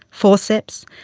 forceps,